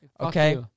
Okay